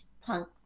punk